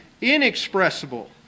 inexpressible